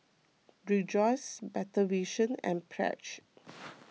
Rejoice Better Vision and Pledge